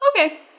Okay